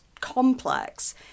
complex